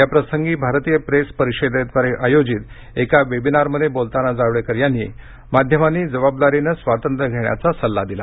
याप्रसंगी भारतीय प्रेस परिषदेद्वारे आयोजित एका वेबिनारमध्ये बोलताना जावडेकर यांनी माध्यमांनी जबाबदारीनं स्वातंत्र्य घेण्याचा सल्ला दिला